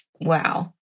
wow